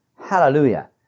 Hallelujah